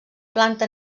planta